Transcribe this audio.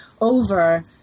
over